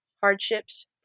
hardships